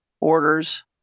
orders